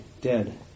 dead